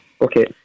Okay